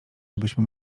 żebyśmy